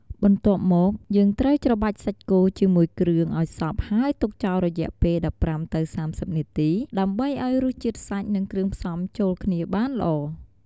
បន្ទាប់មក យើងត្រូវច្របាច់សាច់គោជាមួយគ្រឿងឲ្យសព្វហើយទុកចោលរយៈពេល ១៥ ទៅ ៣០ នាទី ដើម្បីឲ្យរសជាតិសាច់ និងគ្រឿងផ្សំចូលគ្នាបានល្អ។